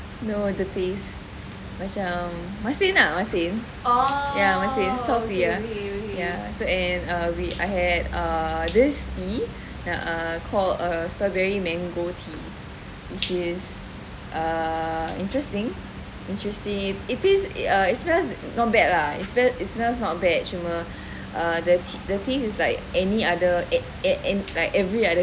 no the taste macam masin ah masin salty ah so I had err this tea called strawberry mango tea which is err interesting it taste it's just not bad lah it smells not bad the tea is like any other tea but the smell is good